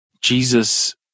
Jesus